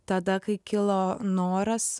tada kai kilo noras